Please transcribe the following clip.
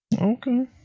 Okay